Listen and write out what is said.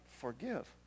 forgive